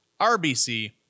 RBC